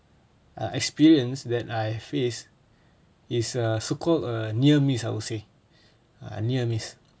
uh experience that I faced is a so called a near miss I would say a near miss